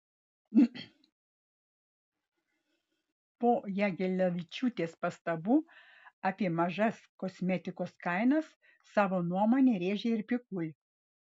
po jagelavičiūtės pastabų apie mažas kosmetikos kainas savo nuomonę rėžė ir pikul